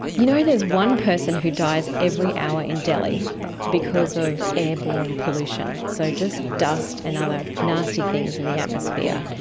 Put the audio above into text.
you know, there's one person who dies every hour in delhi because of airborne pollution. so just dust and other nasty things in the atmosphere.